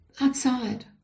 outside